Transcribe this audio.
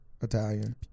Italian